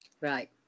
Right